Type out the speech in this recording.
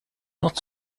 not